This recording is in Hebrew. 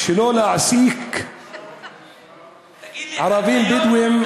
שלא להעסיק ערבים בדואים,